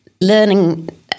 learning